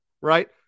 Right